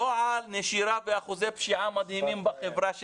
לא על נשירה ואחוזי פשיעה מדהימים בחברה.